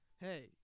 Hey